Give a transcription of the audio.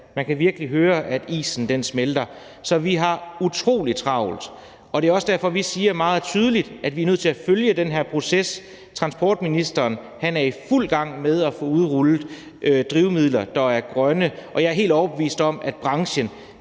Man kan virkelig høre, at isen smelter. Så vi har utrolig travlt, og det er også derfor, vi meget tydeligt siger, at vi er nødt til at følge den her proces. Transportministeren er i fuld gang med at få udrullet drivmidler, der er grønne, og jeg er helt overbevist om, at branchen